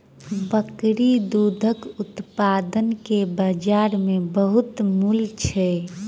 बकरी दूधक उत्पाद के बजार में बहुत मूल्य छल